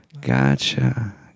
Gotcha